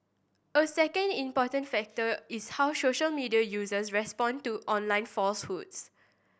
a second important factor is how social media users respond to online falsehoods